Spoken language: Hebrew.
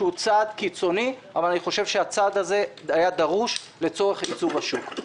שהוא צעד קיצוני אבל אני חושב שהוא היה דרוש לצורך ייצוב השוק.